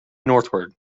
northward